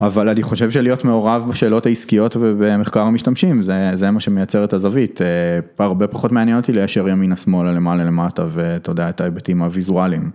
אבל אני חושב שלהיות מעורב בשאלות העסקיות ובמחקר המשתמשים, זה מה שמייצר את הזווית, הרבה פחות מעניין אותי לישר ימין, שמאלה, למעלה, למטה ואתה יודע את ההיבטים הוויזואליים.